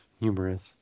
humorous